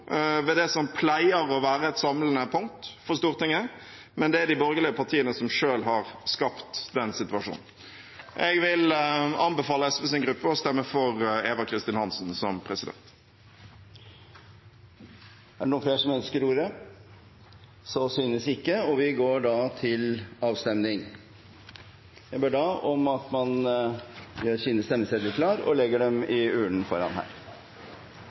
ved det som pleier å være et samlende punkt for Stortinget. Men det er de borgerlige partiene som selv har skapt den situasjonen. Jeg vil anbefale SVs gruppe å stemme for Eva Kristin Hansen som president. Er det flere som ønsker ordet? – Så synes ikke. Det foreligger to forslag, Olemic Thommessen og Eva Kristin Hansen. Det vil da